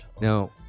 Now